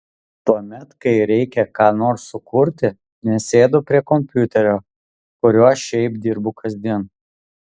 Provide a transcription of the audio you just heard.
tuomet kai reikia ką nors sukurti nesėdu prie kompiuterio kuriuo šiaip dirbu kasdien